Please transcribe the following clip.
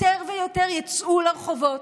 יותר ויותר יצאו לרחובות,